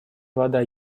вода